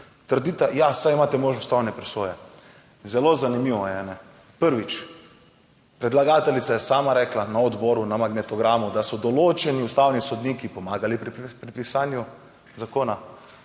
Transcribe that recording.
trdita, ja, saj imate možnost ustavne presoje. Zelo zanimivo je. Prvič, predlagateljica je sama rekla na odboru, na magnetogramu, da so določeni ustavni sodniki pomagali pri pisanju zakona.